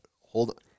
Hold